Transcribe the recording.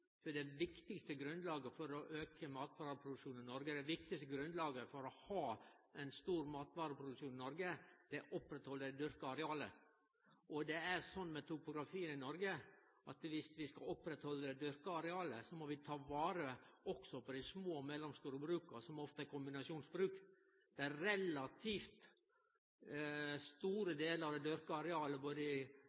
Det viktigaste grunnlaget for å auke matvareproduksjonen, og for å ha ein stor matproduksjon i Noreg, er å oppretthalde det dyrka arealet. Det er slik med topografien i Noreg at viss vi skal oppretthalde det dyrka arealet, må vi også ta vare på dei små og mellomstore bruka – som ofte er kombinasjonsbruk. Det er relativt store delar av det dyrka arealet, både i